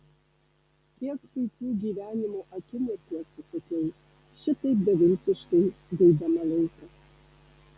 kiek puikių gyvenimo akimirkų atsisakiau šitaip beviltiškai guidama laiką